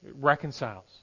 reconciles